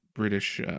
British